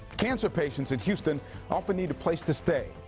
cancer patients in houston often need a place to stay.